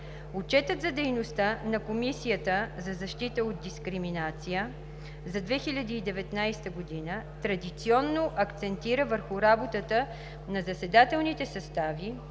Отчетът за дейността на Комисията за защита от дискриминация за 2019 г. традиционно акцентира върху работата на заседателните състави,